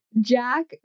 Jack